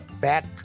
bat